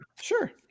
sure